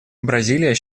бразилия